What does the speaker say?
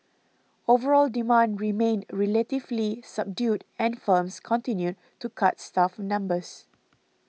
overall demand remained relatively subdued and firms continued to cut staff numbers